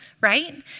right